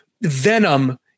Venom